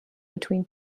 between